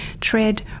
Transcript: tread